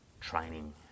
training